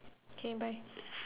K bye